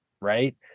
right